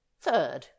Third